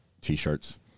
T-shirts